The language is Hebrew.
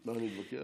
מה, אני אתווכח?